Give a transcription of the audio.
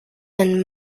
and